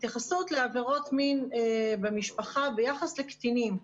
התייחסות לעבירות מין במשפחה ביחס לקטינים.